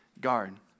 guard